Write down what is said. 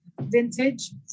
vintage